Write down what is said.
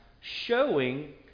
showing